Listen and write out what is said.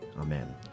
amen